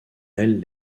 elles